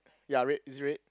ya red it's red